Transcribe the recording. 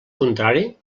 contrari